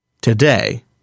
today